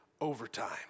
overtime